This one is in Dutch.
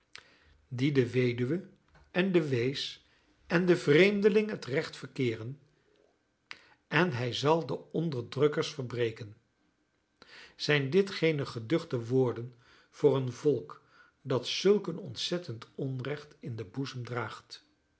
die de weduwe en de wees en den vreemdeling het recht verkeeren en hij zal de onderdrukkers verbreken zijn dit geene geduchte woorden voor een volk dat zulk een ontzettend onrecht in den boezem draagt